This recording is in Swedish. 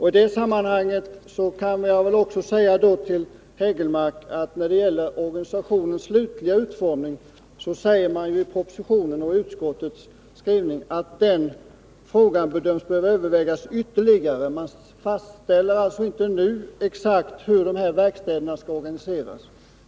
I det sammanhanget vill jag också säga till Eric Hägelmark att när det gäller organisationens slutliga utformning säger propositionen och utskottet att den frågan bedöms behöva övervägas ytterligare. Man fastställer alltså inte nu exakt hur verkstäderna skall organiseras.